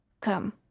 Come